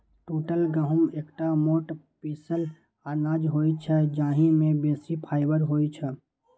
टूटल गहूम एकटा मोट पीसल अनाज होइ छै, जाहि मे बेसी फाइबर होइ छै